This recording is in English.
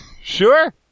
Sure